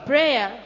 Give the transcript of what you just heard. Prayer